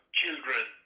children